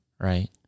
Right